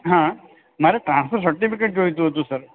હા મારે transfer certificate જોઈતું હતું સર